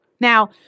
Now